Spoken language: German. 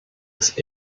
ist